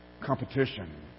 competition